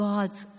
God's